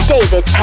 David